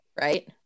right